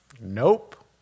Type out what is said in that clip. nope